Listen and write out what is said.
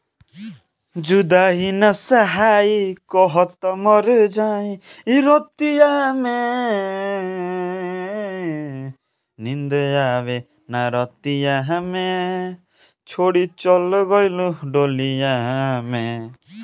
EMI का होला और ओसे का फायदा बा?